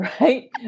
Right